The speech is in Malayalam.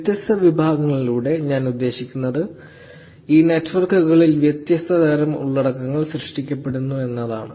വ്യത്യസ്ത വിഭാഗങ്ങളിലൂടെ ഞാൻ ഉദ്ദേശിക്കുന്നത് ഈ നെറ്റ്വർക്കുകളിൽ വ്യത്യസ്ത തരം ഉള്ളടക്കങ്ങൾ സൃഷ്ടിക്കപ്പെടുന്നു എന്നാണ്